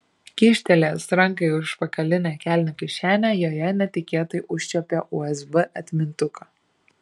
kyštelėjęs ranką į užpakalinę kelnių kišenę joje netikėtai užčiuopė usb atmintuką